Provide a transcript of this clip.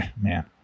man